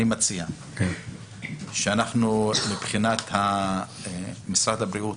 אני מציע שמבחינת משרד הבריאות,